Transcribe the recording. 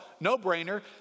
no-brainer